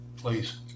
Please